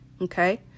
Okay